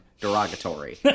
derogatory